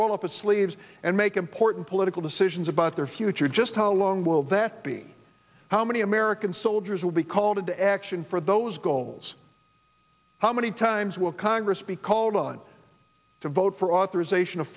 its sleeves and make important political decisions about their future just how long will that be how many american soldiers will be called into action for those goals how many times will congress be called on to vote for authorization of